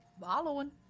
Following